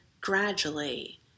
gradually